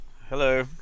Hello